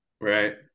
Right